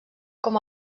com